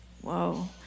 Whoa